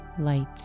light